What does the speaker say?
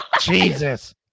Jesus